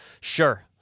sure